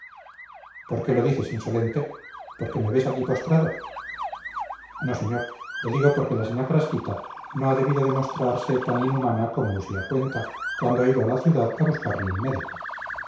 qué lo dices insolente porque me ves aquí postrado no señor lo digo porque la señá frasquita no ha debido de mostrarse tan inhumana como usía cuenta cuando ha ido a la ciudad a buscarle un médico